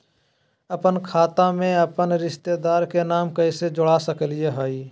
अपन खाता में अपन रिश्तेदार के नाम कैसे जोड़ा सकिए हई?